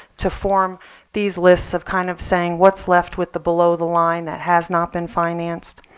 to form these lists of kind of saying what's left with the below the line that has not been financed?